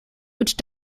which